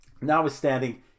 notwithstanding